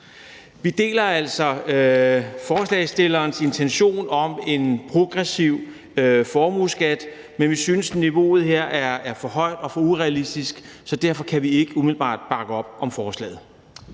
Vi deler altså forslagsstillernes intention om en progressiv formueskat, men vi synes, niveauet her er for højt og for urealistisk, så derfor kan vi ikke umiddelbart bakke op om forslaget.